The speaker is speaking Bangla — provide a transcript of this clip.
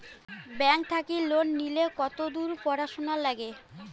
ব্যাংক থাকি লোন নিলে কতদূর পড়াশুনা নাগে?